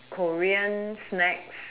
korean snack